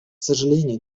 сожалению